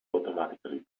automatically